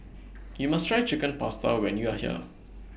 YOU must Try Chicken Pasta when YOU Are here